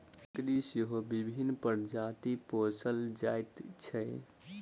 बकरी सेहो विभिन्न प्रजातिक पोसल जाइत छै